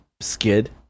skid